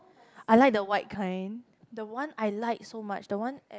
I like the white kind the one I like so much the one at